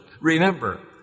Remember